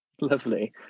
Lovely